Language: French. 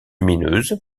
lumineuse